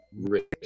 Rich